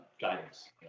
guidance